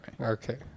Okay